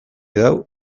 dago